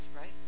right